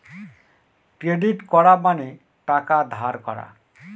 credit করা মানে টাকা ধার করা